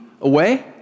away